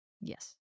Yes